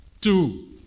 two